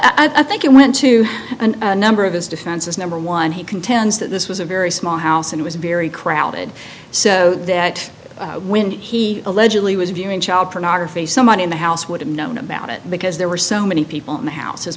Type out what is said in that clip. i'm i think it went to an number of his defenses number one he contends that this was a very small house it was very crowded so that when he allegedly was viewing child pornography someone in the house would have known about it because there were so many people in the house his